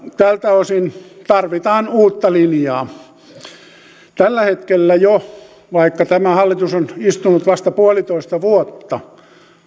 tältä osin tarvitaan uutta linjaa tällä hetkellä jo vaikka tämä hallitus on istunut vasta puolitoista vuotta